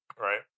right